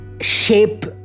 shape